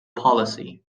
policy